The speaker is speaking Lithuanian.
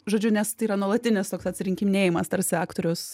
žodžiu nes tai yra nuolatinis toks atsirinkinėjimas tarsi aktorius